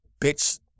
bitch